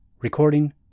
Recording